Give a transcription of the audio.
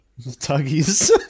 Tuggies